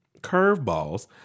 Curveballs